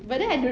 mm